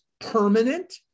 permanent